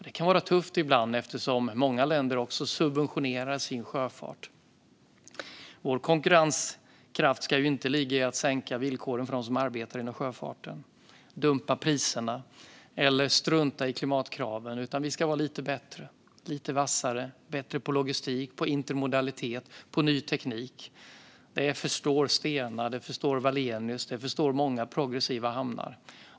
Det kan vara tufft ibland, eftersom många länder subventionerar sin sjöfart. Vår konkurrenskraft ska inte ligga i att försämra villkoren för dem som arbetar inom sjöfarten, dumpa priserna eller strunta i klimatkraven, utan vi ska vara lite bättre och lite vassare på logistik, på intermodalitet och ny teknik. Det förstår Stena, det förstår Wallenius och det förstår många progressiva hamnar.